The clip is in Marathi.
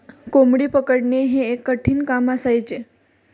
कोंबडी पकडणे हे एक कठीण काम असायचे